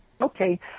Okay